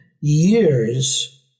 years